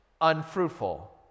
unfruitful